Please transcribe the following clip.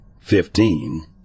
fifteen